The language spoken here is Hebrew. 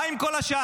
מה עם כל השאר?